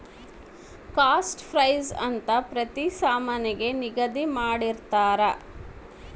cost price ಅಂತ ಪ್ರತಿ ಸಾಮಾನಿಗೆ ನಿಗದಿ ಮಾಡಿರ್ತರ